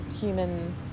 human